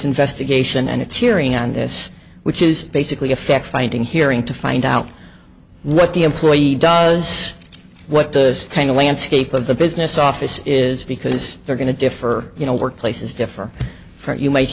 investigation and its hearing on this which is basically effect finding hearing to find out what the employee does what does the landscape of the business office is because they're going to defer you know workplaces differ